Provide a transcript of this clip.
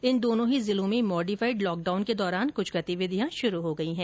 इन दोनों ही जिलों में मॉडिफाइड लॉकडाउन के दौरान कुछ गतिविधियां शुरू हो गयी हैं